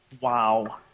Wow